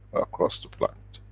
across the planet.